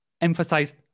emphasized